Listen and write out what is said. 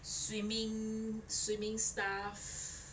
swimming swimming stuff